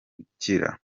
gukira